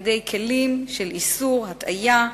בכלים של איסור הטעיה,